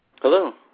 Hello